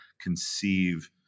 conceive